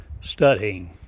studying